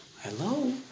Hello